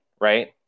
right